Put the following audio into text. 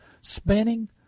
spinning